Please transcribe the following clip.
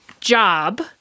job